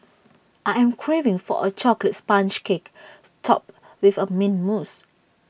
I am craving for A Chocolate Sponge Cake Topped with A Mint Mousse